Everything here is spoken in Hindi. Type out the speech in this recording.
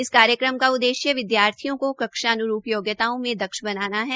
इस कार्यक्रम का उद्देश्य विद्यार्थियों को कक्षान्रूप योग्यताओं में दक्ष बनाना है